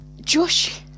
josh